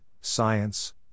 science